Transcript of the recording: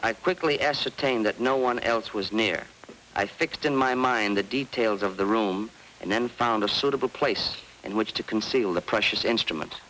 i quickly ascertained that no one else was near i fixed in my mind the details of the room and then found a suitable place in which to conceal the precious instrument